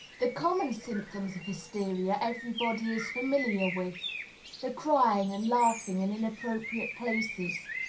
the common symptoms of hysteria everybody is familiar with the crying and laughing in inappropriate places,